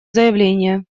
заявление